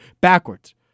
backwards